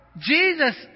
Jesus